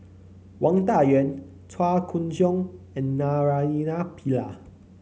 Wang Dayuan Chua Koon Siong and Naraina Pillai